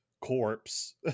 corpse